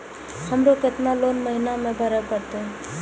हमरो केतना लोन महीना में भरे परतें?